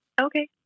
Okay